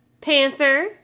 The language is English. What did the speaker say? Panther